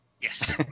Yes